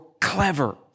clever